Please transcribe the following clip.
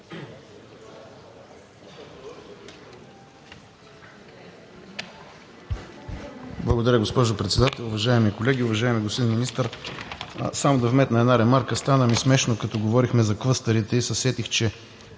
Благодаря, госпожо Председател. Уважаеми колеги, уважаеми господин Министър! Само да вметна една ремарка. Стана ми смешно, като говорихме за клъстерите и се сетих, че